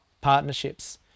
partnerships